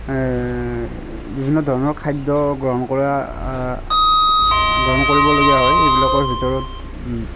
বিভিন্ন ধৰণৰ খাদ্য গ্ৰহণ কৰা গ্ৰহণ কৰিবলগীয়া হয় এইবিলাকৰ ভিতৰত